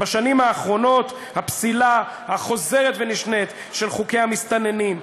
בשנים האחרונות הפסילה החוזרת ונשנית של חוקי המסתננים,